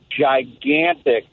gigantic